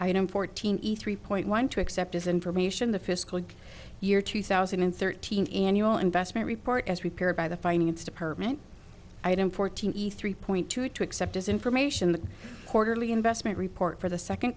am fourteen eat three point one two except as information the fiscal year two thousand and thirteen annual investment report as prepared by the finance department item fourteen eat three point two two accept as information the quarterly investment report for the second